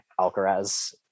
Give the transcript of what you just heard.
Alcaraz